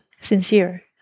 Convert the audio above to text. sincere